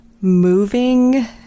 Moving